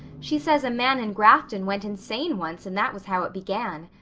she says a man in grafton went insane once and that was how it began.